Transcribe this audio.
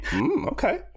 Okay